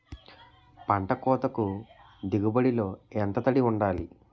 పంట కోతకు దిగుబడి లో ఎంత తడి వుండాలి?